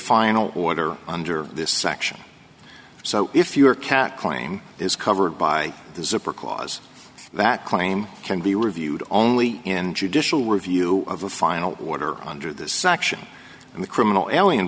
final order under this section so if you are can't claim is covered by the super clause that claim can be reviewed only in judicial review of a final order under this section and the criminal alien